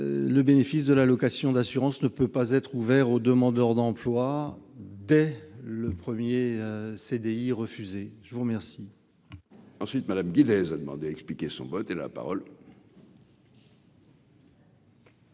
le bénéfice de l'allocation d'assurance ne peut pas être ouverts aux demandeurs d'emploi dès le 1er CDI refusé je vous remercie.